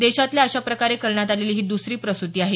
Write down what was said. देशातील अशाप्रकारे करण्यात आलेली ही दुसरी प्रसुती आहे